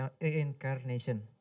reincarnation